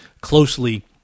closely